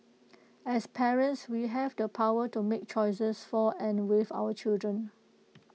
as parents we have the power to make choices for and with our children